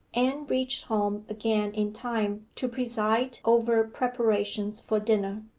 anne reached home again in time to preside over preparations for dinner.